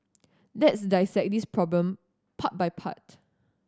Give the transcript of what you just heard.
let's dissect this problem part by part